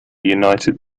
united